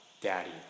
Daddy